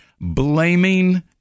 blaming